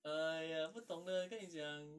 !aiya! 不懂得跟你讲